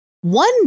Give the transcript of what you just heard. One